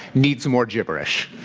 needs more gibberish.